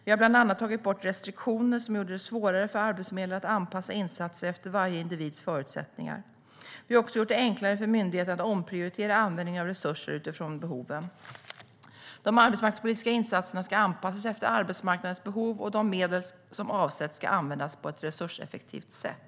Vi har bland annat tagit bort restriktioner som gjorde det svårare för arbetsförmedlare att anpassa insatser efter varje individs förutsättningar. Vi har också gjort det enklare för myndigheten att omprioritera användningen av resurser utifrån behoven. De arbetsmarknadspolitiska insatserna ska anpassas efter arbetsmarknadens behov, och de medel som avsätts ska användas på ett resurseffektivt sätt.